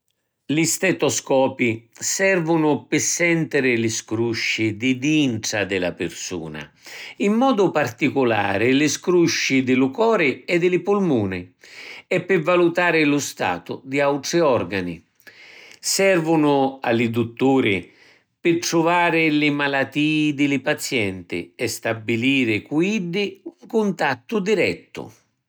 Li stetoscopi servunu pi sentiri li scrusci di dintra di la pirsuna, in modu particulari li scrusci di lu cori e di li pulmuni, e pi valutari lu statu di autri organi. Servunu a li dutturi pi truvari li malatii di li pazienti e stabiliri cu iddi un cuntattu direttu.